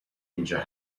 اینجا